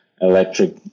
electric